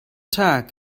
tag